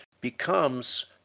becomes